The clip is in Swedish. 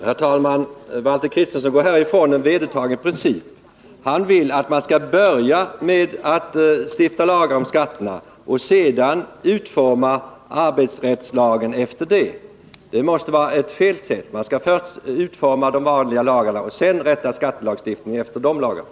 Herr talman! Valter Kristenson går här ifrån en vedertagen princip. Han vill att man skall börja med att stifta lagar om skatterna, och sedan utforma arbetsrättslagen efter det. Det måste vara ett felaktigt sätt. Man skall först utforma de vanliga lagarna och sedan rätta skattelagstiftningen efter de lagarna.